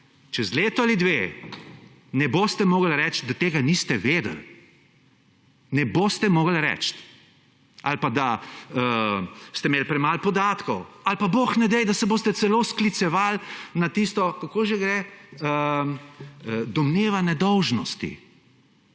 čez leto ali dve ne boste mogli reči, da tega niste vedeli. Ne boste mogli reči. Ali pa da ste imeli premalo podatkov, ali pa bog ne daj, da se boste celo sklicevali na tisto, kako že gre, domneva nedolžnosti.